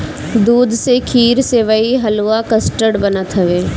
दूध से खीर, सेवई, हलुआ, कस्टर्ड बनत हवे